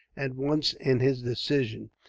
at once, in his decision.